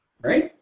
right